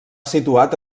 situat